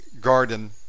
garden